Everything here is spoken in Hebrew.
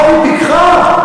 היא פיקחה.